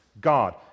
God